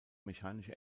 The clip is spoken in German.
mechanische